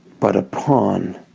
but a pawn